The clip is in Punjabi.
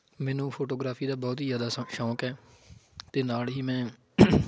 ਮੈਨੂੰ ਫੋਟੋਗ੍ਰਾਫੀ ਦਾ ਬਹੁਤ ਹੀ ਜ਼ਿਆਦਾ ਸ ਸ਼ੌਂਕ ਹੈ ਅਤੇ ਨਾਲ ਹੀ ਮੈਂ